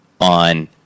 on